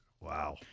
Wow